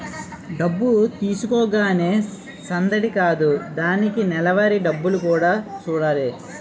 డబ్బు తీసుకోగానే సందడి కాదు దానికి నెలవారీ డబ్బులు కూడా సూడాలి